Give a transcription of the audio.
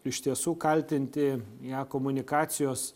iš tiesų kaltinti ją komunikacijos